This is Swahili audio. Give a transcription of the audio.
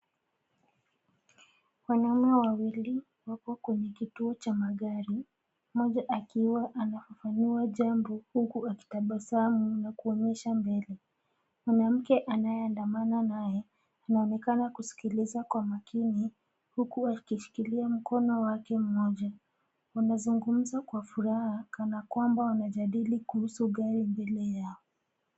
Wanaume wawili wako kwenye kituo cha magari, mmoja akiwa anafafanua jambo huku akitabasamu na kuonyesha mbele. Mwanamke anayeandamana naye, anaonekana kuskiliza kwa makini huku akishikilia mkono wake mmoja. Wanazungumza kwa furaha kana kwamba wamejadili kuhusu gari mbele yao.